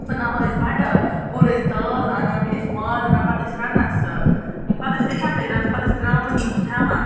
بناوان ٲسۍ بنڈار ہورٕ ٲسۍ دال اَنان بیٚیہِ ٲسۍ ماز اَنان پتہٕ ٲسۍ رَنان سٔہ پتہٕ ٲسۍ اِکوَٹٕے رَنان پتہٕ ٲسۍ ترامَن منٛز کھیٚوان